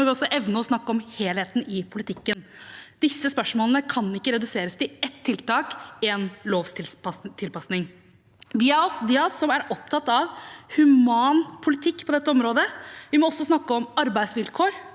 må vi også evne å snakke om helheten i politikken. Disse spørsmålene kan ikke reduseres til ett tiltak, én lovtilpasning. De av oss som er opptatt av human politikk på dette området, må også snakke om arbeidsvilkår,